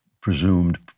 presumed